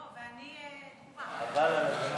ואני, תגובה.